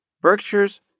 Berkshire's